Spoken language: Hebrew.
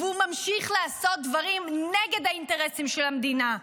והוא ממשיך לעשות דברים נגד האינטרסים של המדינה,